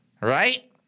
Right